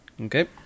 Okay